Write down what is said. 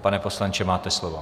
Pane poslanče, máte slovo.